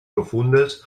profundes